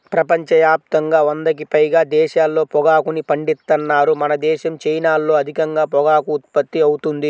ప్రపంచ యాప్తంగా వందకి పైగా దేశాల్లో పొగాకుని పండిత్తన్నారు మనదేశం, చైనాల్లో అధికంగా పొగాకు ఉత్పత్తి అవుతుంది